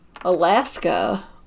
Alaska